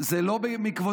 זה לא מכבודו?